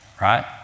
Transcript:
right